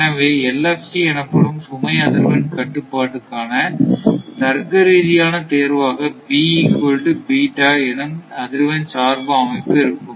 எனவே LFC எனப்படும் சுமை அதிர்வெண் கட்டுப்பாட்டுக்கான தர்க்கரீதியான தேர்வாக என்னும் அதிர்வெண் சார்பு அமைப்பு இருக்கும்